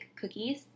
cookies